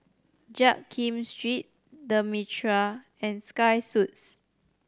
Jiak Kim Street The Mitraa and Sky Suites